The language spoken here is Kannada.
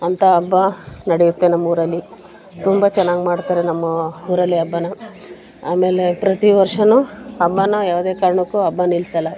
ಅಂಥ ಹಬ್ಬ ನಡೆಯುತ್ತೆ ನಮ್ಮ ಊರಲ್ಲಿ ತುಂಬ ಚೆನ್ನಾಗಿ ಮಾಡ್ತಾರೆ ನಮ್ಮ ಊರಲ್ಲಿ ಹಬ್ಬನ ಆಮೇಲೆ ಪ್ರತಿ ವರ್ಷವೂ ಹಬ್ಬನ ಯಾವುದೇ ಕಾರಣಕ್ಕೂ ಹಬ್ಬ ನಿಲ್ಲಿಸಲ್ಲ